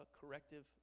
corrective